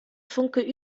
funke